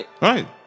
Right